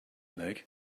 leg